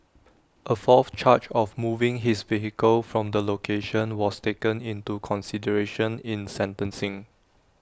A fourth charge of moving his vehicle from the location was taken into consideration in sentencing